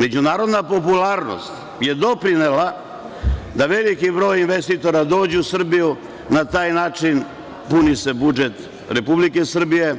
Međunarodna popularnost je doprinela da veliki broj investitora dođe u Srbiju, na taj način puni se budžet Republike Srbije,